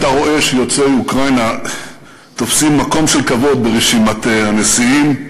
אתה רואה שיוצאי אוקראינה תופסים מקום של כבוד ברשימת הנשיאים,